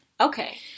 Okay